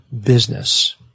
business